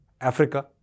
Africa